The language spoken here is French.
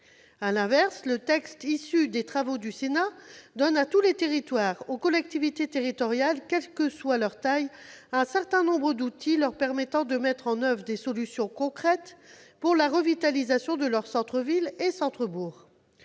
À l'inverse, le texte issu des travaux du Sénat donne à tous les territoires, aux collectivités territoriales, quelle que soit leur taille, un certain nombre d'outils leur permettant de mettre en oeuvre des solutions concrètes pour la revitalisation de leurs centres-villes et centres-bourgs,